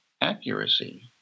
accuracy